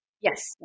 yes